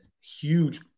huge